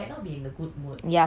ya பாவோம்:pavom lah